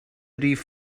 rif